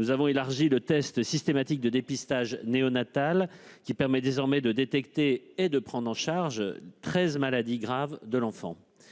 Nous avons élargi le test systématique de dépistage néonatal : il permet désormais de détecter et de prendre en charge treize maladies graves de l'enfant.